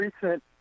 recent